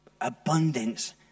abundance